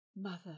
Mother